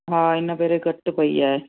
हा इन करे घटि पई आहे